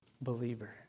believer